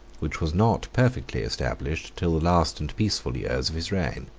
which was not perfectly established till the last and peaceful years of his reign.